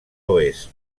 oest